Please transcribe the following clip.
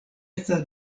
estas